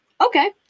okay